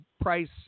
Price